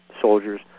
soldiers